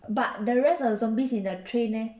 but the rest of the zombies in the train leh